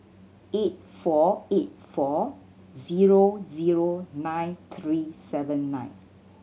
eight four eight four zero zero nine three seven nine